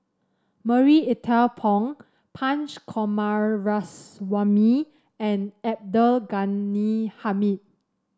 Marie Ethel Bong Punch Coomaraswamy and Abdul Ghani Hamid